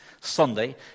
Sunday